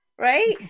right